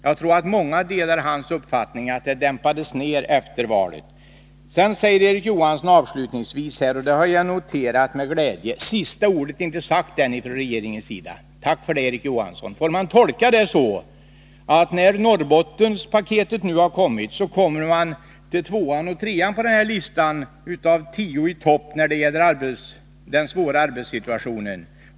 Jag tror att många delar hans uppfattning att det dämpades ned efter valet. Avslutningsvis sade Erik Johansson — och det har jag noterat med glädje — att sista ordet inte är sagt än från regeringens sida. Tack för det, Erik Johansson! Får jag tolka det så att när Norrbottenspaketet nu har kommit, följer tvåan och trean på listan över ”tio i topp” när det gäller den svåra arbetsmarknadssituationen?